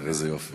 תראה איזה יופי.